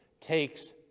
takes